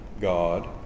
God